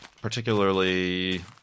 particularly